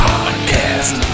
Podcast